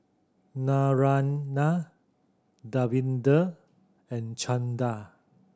Naraina Davinder and Chanda